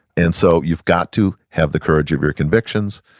and so you've got to have the courage of your convictions,